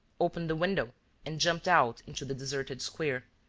opened a window and jumped out into the deserted square,